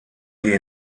sie